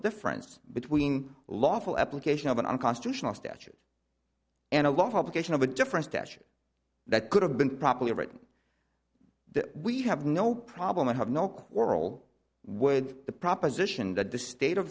difference between lawful application of an unconstitutional statute and a lot of opposition of a different stature that could have been properly written the we have no problem i have no quarrel with the proposition that the state of